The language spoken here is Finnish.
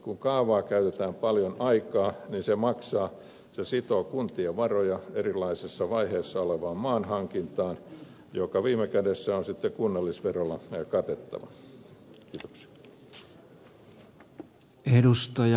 kun kaavaan käytetään paljon aikaa se maksaa se sitoo kuntien varoja erilaisissa vaiheissa oleviin maanhankintoihin ja viime kädessä ne on sitten kunnallisverolla katet tava